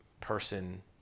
person